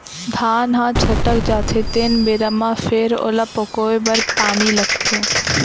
धान ह छटक जाथे तेन बेरा म फेर ओला पकोए बर पानी लागथे